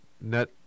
net